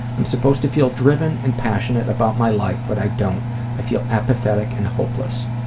i'm supposed to feel driven and passionate about my life but i don't i feel apathetic and hopeless.